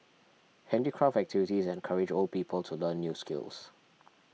handicraft activities encourage old people to learn new skills